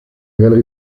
galerie